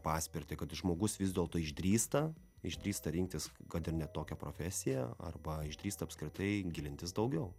paspirtį kad žmogus vis dėlto išdrįsta išdrįsta rinktis kad ir ne tokią profesiją arba išdrįsta apskritai gilintis daugiau